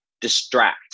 distract